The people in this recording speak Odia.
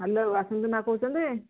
ହ୍ୟାଲୋ ବାସନ୍ତି ମାଆ କହୁଛନ୍ତି